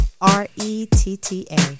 R-E-T-T-A